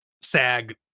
SAG